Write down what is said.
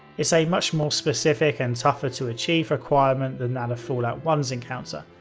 it's a much more specific and tougher to achieve requirement than that of fallout one s encounter.